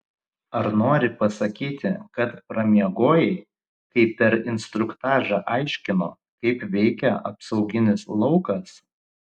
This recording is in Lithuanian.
ar nori pasakyti kad pramiegojai kai per instruktažą aiškino kaip veikia apsauginis laukas